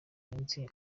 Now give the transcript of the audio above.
iminsi